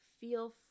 feel